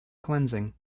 cleansing